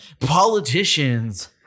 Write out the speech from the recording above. Politicians